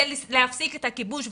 זה להפסיק את הכיבוש,